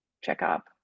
checkup